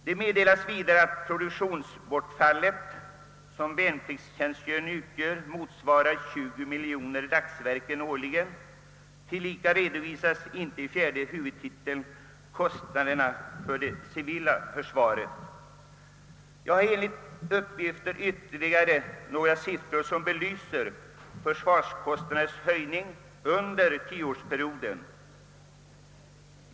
Det meddelas vidare att det produktionsbortfall som <värnpliktstjänstgöringen orsakar motsvarar omkring 20 miljoner dagsverken årligen. Därtill kommer att kostnaderna för det civila försvaret inte redovisas under fjärde huvudtiteln. Jag har ytterligare några siffror som belyser försvarskostnadernas ökning under den senaste tioårsperioden.